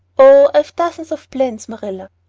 oh, i've dozens of plans, marilla.